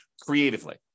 creatively